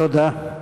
תודה.